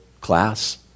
class